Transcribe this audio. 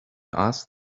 asked